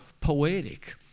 poetic